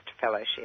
fellowship